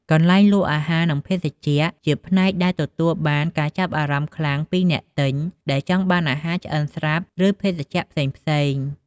កន្លែងលក់អាហារ និងភេសជ្ជៈជាផ្នែកដែលទទួលបានការចាប់អារម្មណ៍ខ្លាំងពីអ្នកទិញ ដែលចង់បានអាហារឆ្អិនស្រាប់ ឬភេសជ្ជៈផ្សេងៗ។